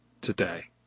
today